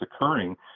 occurring